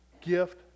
gift